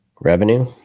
revenue